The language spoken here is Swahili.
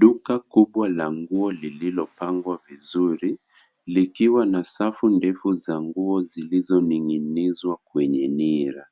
Duka kubwa la nguo lililopangwa vizuri likiwa na safu ndefu za nguo zilizoning'inizwa kwenye nira.